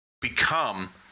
become